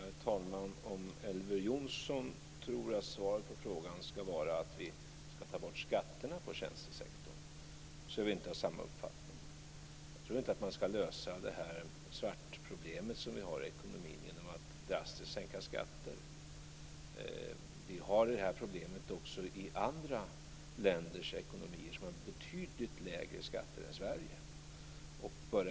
Herr talman! Om Elver Jonsson tror att svaret på frågan ska vara att vi ska ta bort skatterna på tjänstesektorn så har vi inte samma uppfattning. Jag tror inte att man ska lösa problemet med svartjobb i ekonomin genom att drastiskt sänka skatter. Detta problem finns också i andra länders ekonomier där man har betydligt lägre skatter än man har i Sverige.